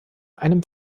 einem